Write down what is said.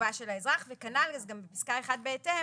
לתשובה של האזרח וכנ"ל גם פסקה (1) בהתאם,